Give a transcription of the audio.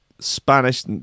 Spanish